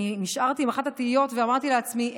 אני נשארתי עם אחת התהיות ואמרתי לעצמי,